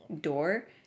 door